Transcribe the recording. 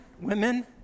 women